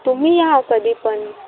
तुम्ही या कधी पण